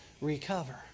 recover